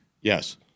Yes